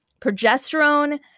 Progesterone